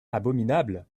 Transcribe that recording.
abominable